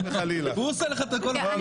אתה רוצה לדבר?